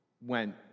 went